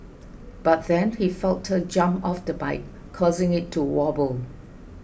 but then he felt her jump off the bike causing it to wobble